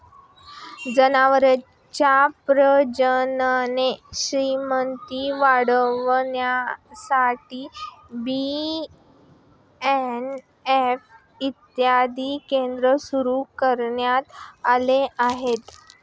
जनावरांची प्रजनन क्षमता वाढविण्यासाठी बाएफ इत्यादी केंद्रे सुरू करण्यात आली आहेत